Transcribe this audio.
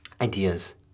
ideas